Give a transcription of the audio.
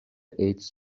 ایدز